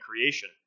creation